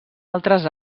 altres